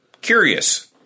curious